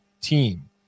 team